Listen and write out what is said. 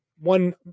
One